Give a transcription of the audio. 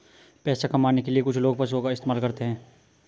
पैसा कमाने के लिए कुछ लोग पशुओं का इस्तेमाल करते हैं